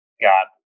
got